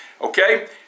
Okay